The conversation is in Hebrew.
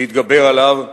להתגבר עליו,